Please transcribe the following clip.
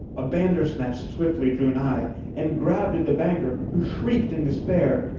a bandersnatch swiftly drew nigh and grabbed at the banker, who shrieked in despair,